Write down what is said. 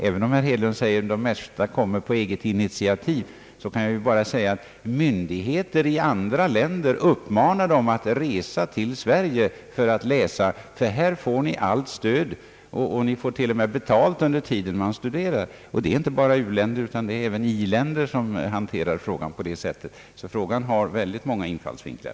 Även om herr Hedlund säger att de flesta utländska studerandena kommer hit på eget initiativ, vill jag framhålla att det förekommer att myndigheter i andra länder uppmanar ungdomar att resa till Sverige för att studera, eftersom de här i landet får allt stöd och till och med får betalt under studietiden — det är inte bara u-länder utan även i-länder som förfar på detta sätt. Frågan har alltså många infallsvinklar.